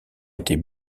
était